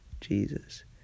Jesus